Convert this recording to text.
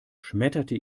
schmetterte